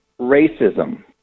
racism